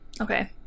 okay